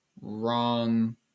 wrong